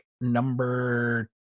number